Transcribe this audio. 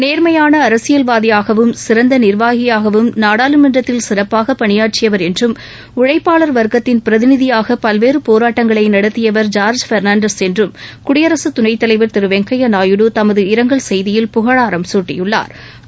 நேர்மையானஅரசியல் வாதியாகவும் சிறந்தநிர்வாகியாகவும் நாடாளுமன்றத்தில் சிறப்பாகபணியாற்றியவர் உழைப்பாளர் என்றம் வர்க்கத்தின் பிரதிநிதியாகபல்வேறுபோராட்டங்களைநடத்தியவர் ஜார்ஜ் என்றம் குடியரசுதுணைத்தலைவர் திருவெங்கையாநாயுடு தமது இரங்கல் செய்தியில் புகழாரம் சூட்டியுள்ளா்